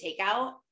takeout